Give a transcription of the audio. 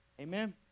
Amen